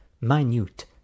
minute